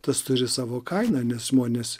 tas turi savo kainą nes žmonės